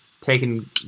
taking